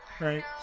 Right